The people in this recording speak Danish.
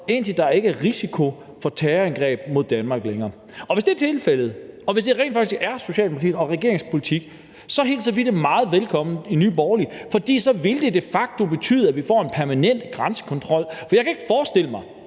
indtil der ikke er risiko for terrorangreb mod Danmark længere. Hvis det er tilfældet, og hvis det rent faktisk er Socialdemokratiets og regeringens politik, hilser vi det meget velkommen i Nye Borgerlige, for så ville det de facto betyde, at vi får en permanent grænsekontrol. For jeg kan ikke forestille mig,